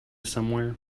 somewhere